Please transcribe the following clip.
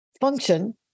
Function